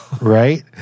Right